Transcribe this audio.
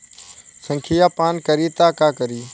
संखिया पान करी त का करी?